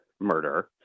murder